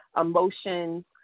Emotions